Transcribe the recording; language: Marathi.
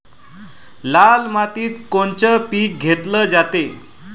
लाल मातीत कोनचं पीक घेतलं जाते?